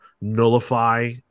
nullify